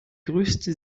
größte